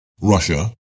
Russia